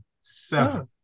Seven